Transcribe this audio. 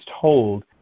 told